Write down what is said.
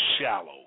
shallow